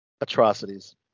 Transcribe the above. atrocities